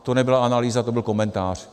To nebyla analýza, to byl komentář.